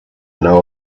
know